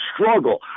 struggle